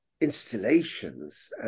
installations